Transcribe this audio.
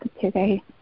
today